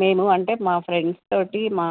మేము అంటే మా ఫ్రెండ్స్ తో మా